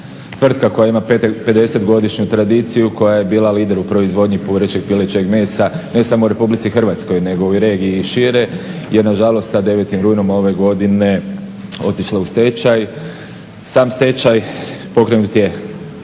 tvrtka koja ima 50-godišnju tradiciju koja je bila lider u proizvodnji purećeg, pilećeg mesa ne samo u RH nego u regiji šire je na žalost sa 9.rujnom ove godine otišla u stečaj. Sam stečaj pokrenut je